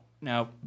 Now